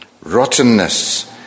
rottenness